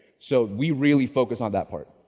so we really focus on that part.